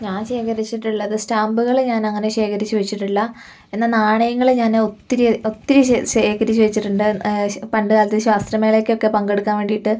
ഞാൻ ശേഖരിച്ചിട്ടുള്ളത് സ്റ്റാമ്പുകൾ ഞാൻ അങ്ങനെ ശേഖരിച്ചു വെച്ചിട്ടില്ല എന്നാൽ നാണയങ്ങൾ ഞാൻ ഒത്തിരി ഒത്തിരി ശേഖ ശേഖരിച്ചു വച്ചിട്ടുണ്ട് പണ്ടുകാലത്ത് ശാസ്ത്രമേളയ്കൊക്കെ പങ്കെടുക്കാൻ വേണ്ടിയിട്ട്